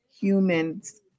humans